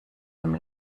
dem